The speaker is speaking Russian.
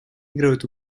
играют